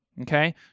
okay